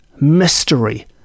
mystery